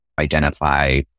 identify